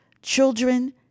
children